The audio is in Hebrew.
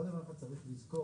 עוד דבר אחד צריך לזכור,